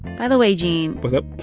by the way, gene. what's up.